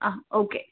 ആ ഓക്കെ